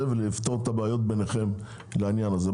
ולפתור את הבעיות ביניכם בעניין הזה.